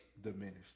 diminished